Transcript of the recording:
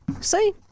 See